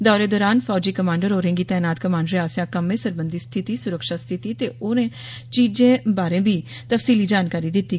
दौरे दौरान फौजी कमांडर होरें गी तैनात कमांडरें आसेया कम्मे सरबंधी स्थिती स्रक्षा स्थिती ते होर चीजें बारै उनेंगी तफसीली जानकारी दिती